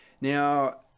now